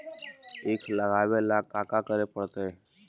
ईख लगावे ला का का करे पड़तैई?